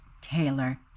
Taylor